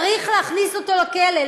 צריך להכניס אותו לכלא,